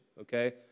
okay